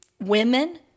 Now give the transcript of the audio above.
women